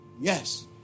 Yes